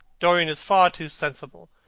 dorian is far too sensible.